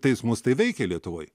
teismus tai veikė lietuvoj